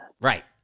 Right